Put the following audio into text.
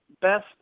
Best